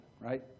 right